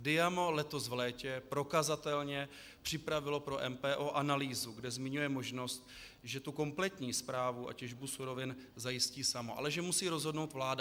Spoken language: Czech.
Diamo letos v létě prokazatelně připravilo pro MPO analýzu, kde zmiňuje možnost, že tu kompletní správu a těžbu surovin zajistí samo, ale že musí rozhodnout vláda.